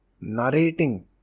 narrating